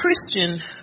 Christian